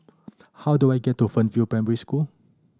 how do I get to Fernvale Primary School